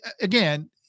again